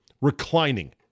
Reclining